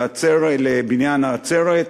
לבניין העצרת,